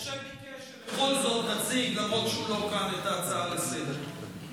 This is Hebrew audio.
משה ביקש שבכל זאת נציג את ההצעה לסדר-היום,